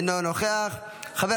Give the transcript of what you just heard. מוותר, חבר